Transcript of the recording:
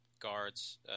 guards